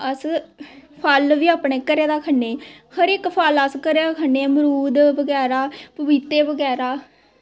अस फल बी अपने घरे दा खन्ने हर इक फल अस अपने घरे दा खन्ने अमरूद बगैरा पपीते बगैरा